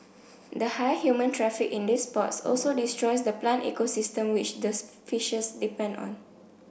the high human traffic in these spots also destroys the plant ecosystem which this fishes depend on